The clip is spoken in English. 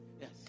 Yes